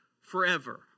forever